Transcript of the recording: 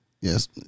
Yes